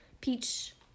peach